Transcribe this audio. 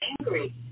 angry